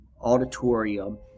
Auditorium